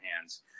hands